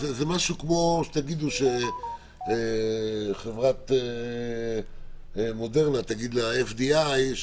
זה משהו כמו שתגידו שחברת "מודרנה" תגיד ל-FDI: